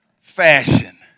fashion